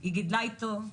היא גדלה איתו,